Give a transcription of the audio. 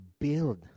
build